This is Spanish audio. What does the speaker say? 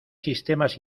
sistemas